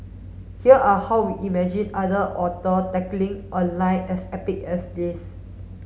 here are how we imagined other author tackling a line as epic as this